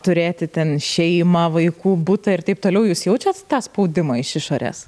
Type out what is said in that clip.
turėti ten šeimą vaikų butą ir taip toliau jūs jaučiat tą spaudimą iš išorės